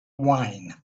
wine